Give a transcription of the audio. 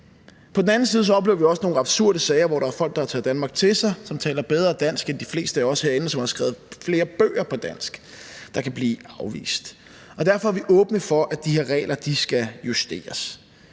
På den anden side oplever vi også nogle absurde sager, hvor der er folk, der har taget Danmark til sig, som taler bedre dansk end de fleste af os herinde, og som har skrevet flere bøger på dansk, der kan blive afvist. Derfor er vi åbne over for, at de regler skal justeres.